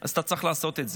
אז אתה צריך לעשות את זה.